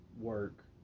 work